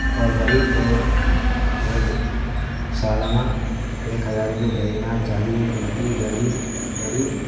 اور غریب کو روز سالانہ ایک ہزار روپیہ بھیجنا چاہیے کیوں کہ غریب غریب